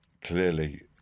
clearly